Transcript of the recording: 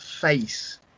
face